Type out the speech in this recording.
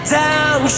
down